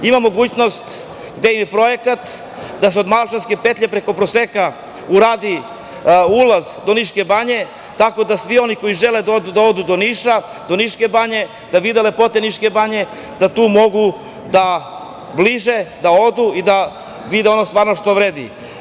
Imamo mogućnost, idejni projekat da se od Malčanske petlje preko Proseka uradi ulaz do Niške banje, tako da svi oni koji žele da odu do Niša, do Niške banje, da vide lepote Niške banje da tu mogu da odu i da stvarno vide ono što vredi.